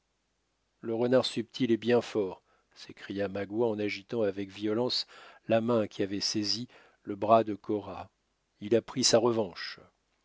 le renard subtil est bien fort s'écria magua en agitant avec violence la main qui avait saisi le bras de cora il a pris sa revanche